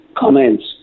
Comments